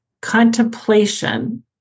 contemplation